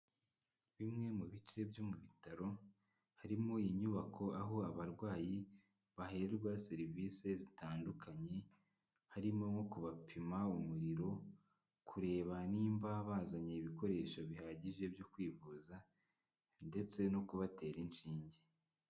Bimwe mu bice byo mu bitaro, harimo inyubako aho abarwayi baherwa serivisi zitandukanye, harimo nko kubapima umuriro, kureba nimba bazanye ibikoresho bihagije byo kwivuza ndetse no kubatera inshinge.